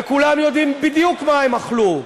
וכולם יודעים בדיוק מה הם אכלו.